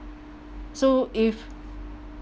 so if